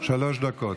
שלוש דקות.